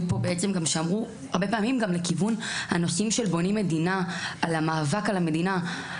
גם לכיוון הנושאים של בונים מדינה והמאבק על המדינה.